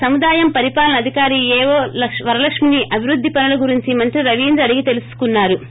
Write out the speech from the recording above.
సముదాయం పరిపాలన అధికారి ఏవో వరలక్ష్మి ని అభివృద్ధి పనుల గురించి మంత్రి రవీంద్ర అడిగి తెలుసుకున్నా రు